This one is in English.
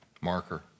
marker